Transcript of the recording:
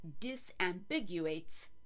disambiguates